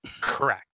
Correct